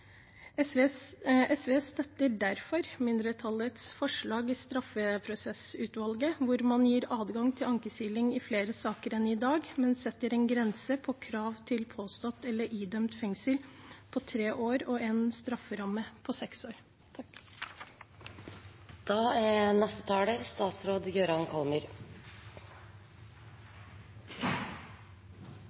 SV støtter derfor mindretallets forslag i straffeprosessutvalget, hvor man gir adgang til ankesiling i flere saker enn i dag, men setter en grense på krav til påstått eller idømt fengsel på tre år og en strafferamme på seks år.